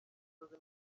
gisozi